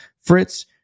Fritz